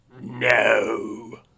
No